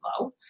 low